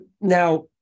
Now